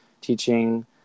teaching